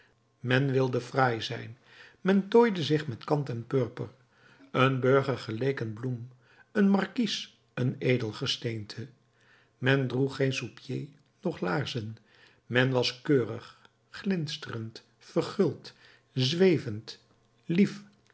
men wilde fraai zijn men tooide zich met kant en purper een burger geleek een bloem een markies een edelgesteente men droeg geen souspieds noch laarzen men was keurig glinsterend verguld zwevend lief